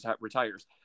retires